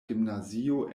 gimnazio